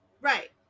right